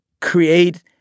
create